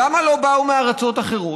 למה לא באו מארצות אחרות?